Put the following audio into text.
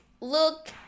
look